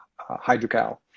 hydrocal